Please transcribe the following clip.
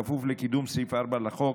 בכפוף לקידום סעיף 4 לחוק,